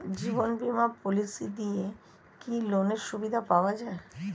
জীবন বীমা পলিসি দিয়ে কি লোনের সুবিধা পাওয়া যায়?